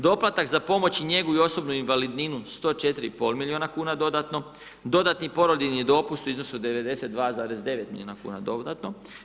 Doplatak za pomoć i njegu i osobnu invalidninu 104,5 milijuna kn, dodatno, dodatni porodiljini dopust u iznosu od 92,9 milijuna kn dodatno.